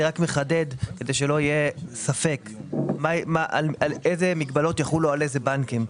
אני מחדד כדי שלא יהיה ספק איזה מגבלות יחולו על איזה בנקים.